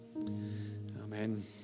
Amen